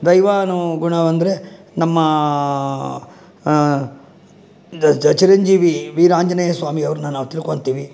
ದೈವಾನುಗುಣ ಅಂದರೆ ನಮ್ಮ ಚಿರಂಜೀವಿ ವೀರಾಂಜನೇಯಸ್ವಾಮಿ ಅವ್ರನ್ನ ನಾವು ತಿಳ್ಕೊಳ್ತೀವಿ